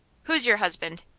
who's your husband?